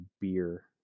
beer